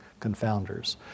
confounders